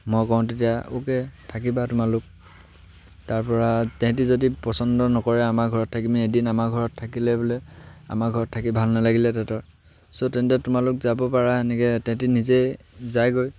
মই কওঁ তেতিয়া অ'কে থাকিবা তোমালোক তাৰ পৰা তেহেতি যদি পচন্দ নকৰে আমাৰ ঘৰত থাকিপিনি এদিন আমাৰ ঘৰত থাকিলে বোলে আমাৰ ঘৰত থাকি ভাল নালাগিলে তেহেতৰ চ' তেন্তে তোমালোক যাব পাৰা এনেকৈ তেহেতি নিজেই যায়গৈ